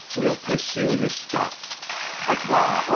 we'll pursue the scots artois,